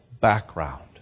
background